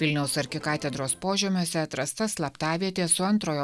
vilniaus arkikatedros požemiuose atrasta slaptavietė su antrojo